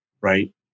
right